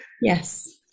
Yes